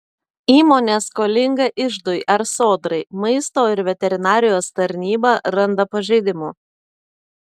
įmonė skolinga iždui ar sodrai maisto ir veterinarijos tarnyba randa pažeidimų